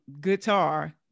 guitar